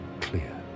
clear